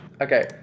Okay